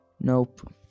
Nope